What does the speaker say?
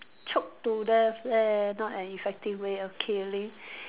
choke to death yeah not an effective way of killing